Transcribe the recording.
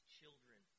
children